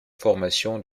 formations